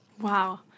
Wow